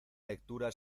lectura